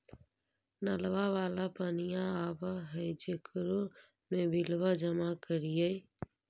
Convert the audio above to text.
नलवा वाला पनिया आव है जेकरो मे बिलवा जमा करहिऐ?